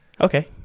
Okay